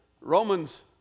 romans